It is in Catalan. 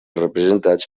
representats